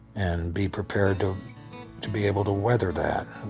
and be prepared to to be able to weather that.